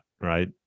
right